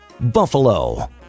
Buffalo